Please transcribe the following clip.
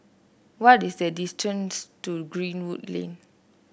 what is the distance to Greenwood Lane